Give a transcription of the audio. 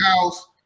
house